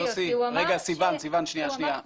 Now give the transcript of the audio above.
כבוד היו"ר,